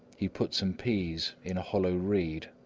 he put some peas in a hollow reed,